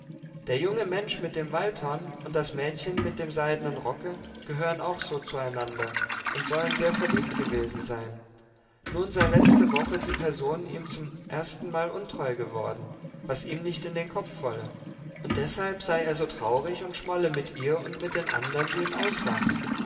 der junge mensch mit dem waldhorn und das mädchen mit dem seidenen rocke gehören auch so zueinander und sollen sehr verliebt gewesen sein nun sei letzte woche die person ihm zum erstenmal untreu geworden was ihm nicht in den kopf wolle und deshalb sei er so traurig und schmolle mit ihr und mit den andern die ihn auslachen